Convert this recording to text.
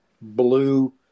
blue